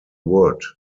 wood